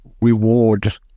reward